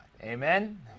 Amen